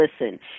listen